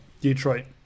Detroit